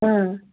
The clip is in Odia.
ହଁ